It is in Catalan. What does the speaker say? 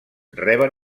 reben